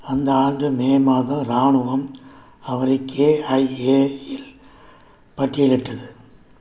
அந்த ஆண்டு மே மாதம் இராணுவம் அவரை கேஐஏயில் பட்டியலிட்டது